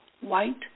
white